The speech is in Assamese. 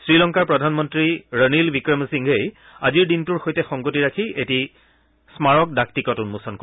শ্ৰীলংকাৰ প্ৰধানমন্নী ৰণিল ৱিক্ৰমসিংঘেই আজিৰ দিনটোৰ সৈতে সংগতি ৰাখি এটি স্মাৰক ডাক টিকট উন্মোচন কৰিব